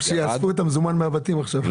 או שיאספו את המזומן מן הבתים עכשיו...